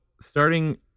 starting